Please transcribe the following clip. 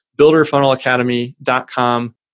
builderfunnelacademy.com